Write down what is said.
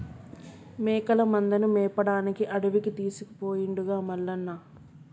మేకల మందను మేపడానికి అడవికి తీసుకుపోయిండుగా మల్లన్న